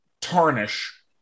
tarnish